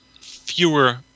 fewer